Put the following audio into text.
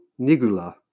Nigula